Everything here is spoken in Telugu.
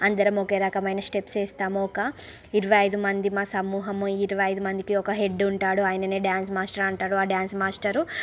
అందరము ఒకే రకమైన స్టెప్స్ వేస్తాము ఒక ఇరవై ఐదు మంది మా సమూహము ఇరవై ఐదు మందికి ఒక హెడ్ ఉంటాడు ఆయననే డ్యాన్స్ మాస్టర్ అంటారు ఆ డ్యాన్స్ మాస్టర్